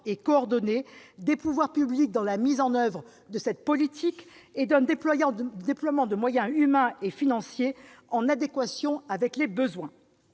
et coordonnée des pouvoirs publics dans la mise en oeuvre de cette politique et d'un déploiement de moyens humains et financiers en adéquation avec les besoins.